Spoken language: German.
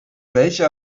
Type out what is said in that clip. welche